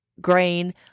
grain